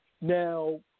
Now